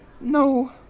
No